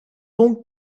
donc